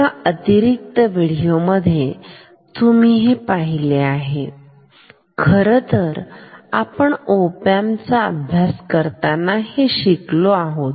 एका अतिरिक्त विडिओ मध्ये तुम्ही हे पहिले आहे खरंतर आपण ओपॅम्प चा अभ्यास करताना हे शिकलो आहोत